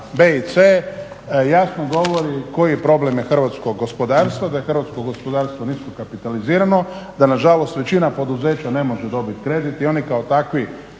b i c jasno govori koji problem je hrvatsko gospodarstvo, da je hrvatsko gospodarstvo nisko kapitalizirano, da nažalost većina poduzeća ne može dobiti kredit i oni kao takvi